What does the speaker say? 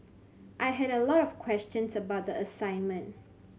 I had a lot of questions about the assignment